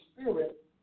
spirit